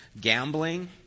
gambling